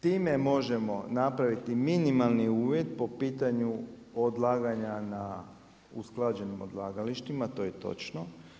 Time možemo napraviti minimalni uvjet po pitanju odlaganja na usklađena odlagalištima, to je točno.